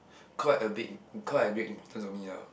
quite a big quite a great importance of me ah